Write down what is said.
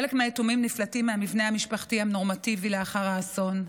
חלק מהיתומים נפלטים מהמבנה המשפחתי הנורמטיבי לאחר האסון,